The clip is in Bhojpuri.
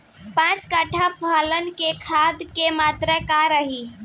पाँच कट्ठा पालक में खाद के मात्रा का रही?